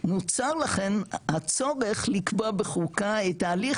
נוצר לכן הצורך לקבוע בחוקה את ההליך